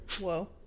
whoa